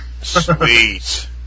Sweet